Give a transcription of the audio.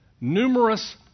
numerous